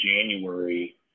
January